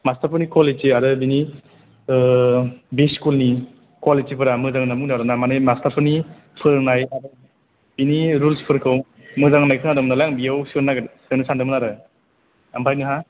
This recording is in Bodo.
मास्टारफोरनि कुवालिटि आरो बिनि ओ बि स्कुलनि कुवालिटिफोरा मोजां होननानै बुंदों आरो ना माने मास्टारफोरनि फोरोंनाय बिनि रुल्सफोरखौ मोजां होननाय खोनादों नालाय आं बियाव सोनो नागिरदों सानदोंमोन आरो ओमफ्राय नोंहा